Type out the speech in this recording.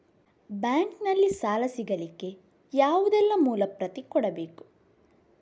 Bank ನಲ್ಲಿ ಸಾಲ ಸಿಗಲಿಕ್ಕೆ ಯಾವುದೆಲ್ಲ ಮೂಲ ಪ್ರತಿ ಕೊಡಬೇಕು?